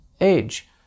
age